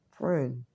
friend